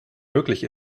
möglich